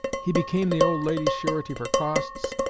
he became the old lady's surety for costs,